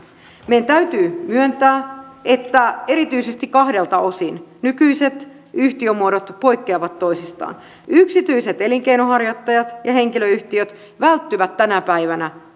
meidän täytyy myöntää että erityisesti kahdelta osin nykyiset yhtiömuodot poikkeavat toisistaan yksityiset elinkeinonharjoittajat ja henkilöyhtiöt välttyvät tänä päivänä